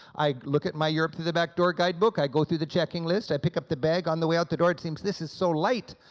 i look at my europe through the back door guidebook, i go through the check and list, i pick up the bag on the way out the door, it seems this is so light,